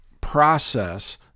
process